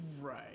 Right